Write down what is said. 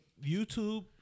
YouTube